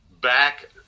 back